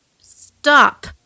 Stop